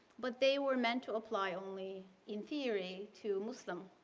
but they were meant to apply only in theory to muslim